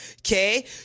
okay